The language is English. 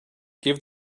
give